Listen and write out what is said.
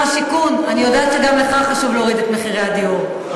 אני יודעת שגם לך חשוב להוריד את מחירי הדיור,